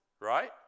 Right